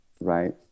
right